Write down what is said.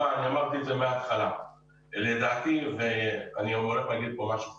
אני אמרתי מהתחלה ואני אומר כאן משהו חמור.